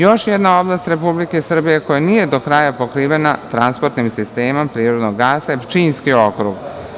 Još jedna oblast Republike Srbije koja nije do kraja pokrivena transportnim sistemom prirodnog gasa je Pčinski okrug.